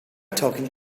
talking